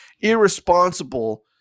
irresponsible